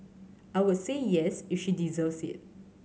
I would say yes if she deserves it